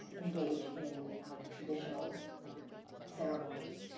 engage in traditional ceremonies,